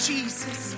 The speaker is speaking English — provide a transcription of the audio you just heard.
Jesus